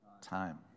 time